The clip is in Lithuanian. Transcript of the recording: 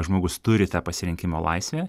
žmogus turi tą pasirinkimo laisvę